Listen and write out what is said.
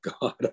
God